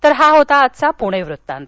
तर हा होता आजचा पुणे वृत्तांत